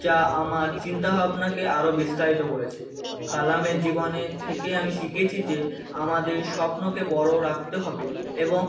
যা আমার চিন্তা ভাবনাকে আরো বিস্তারিত করেছে কালামের জীবনে থেকে আমি শিখেছি যে আমাদের স্বপ্নকে বড়ো রাখতে হবে এবং